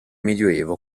medioevo